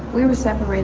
we were separated